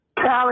Callie